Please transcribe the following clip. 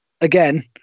again